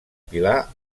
pilar